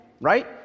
right